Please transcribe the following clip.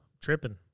Tripping